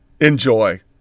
Enjoy